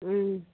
ও